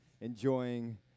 enjoying